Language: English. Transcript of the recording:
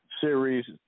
series